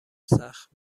سخت